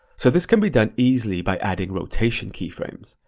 so this can be done easily by adding rotation keyframes.